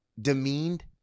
demeaned